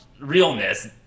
realness